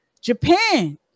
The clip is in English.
japan